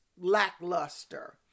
lackluster